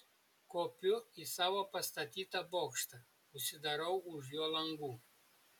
kopiu į savo pastatytą bokštą užsidarau už jo langų